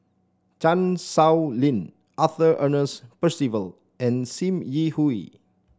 Chan Sow Lin Arthur Ernest Percival and Sim Yi Hui